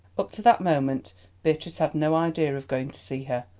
up to that moment beatrice had no idea of going to see her,